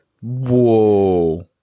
Whoa